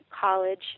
college